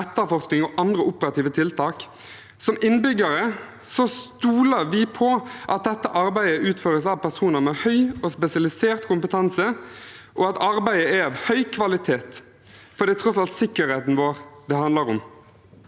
etterforskning og andre operative tiltak. Som innbyggere stoler vi på at dette arbeidet utføres av personer med høy og spesialisert kompetanse, og at arbeidet er av høy kvalitet, for det er tross alt sikkerheten vår det handler om.